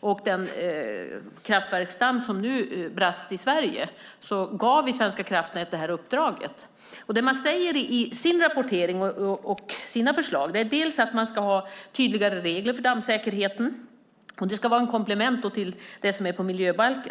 och den kraftverksdamm som brast i Sverige. Vi hade redan gett Svenska kraftnät uppdraget. I sitt förslag säger Svenska kraftnät att vi ska ha tydligare regler för dammsäkerheten. Det ska vara ett komplement till miljöbalken.